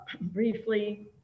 briefly